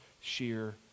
sheer